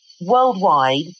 worldwide